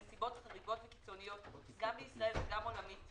בנסיבות חריגות וקיצוניות גם בישראל וגם בעולם,